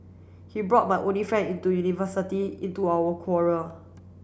he brought my only friend into university into our quarrel